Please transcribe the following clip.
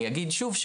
אני אגיד שוב,